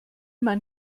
man